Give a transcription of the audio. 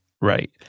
Right